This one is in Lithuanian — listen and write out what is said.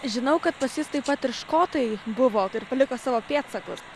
žinau kad pas jus taip pat ir škotai buvo ir paliko savo pėdsakus kėdainiuose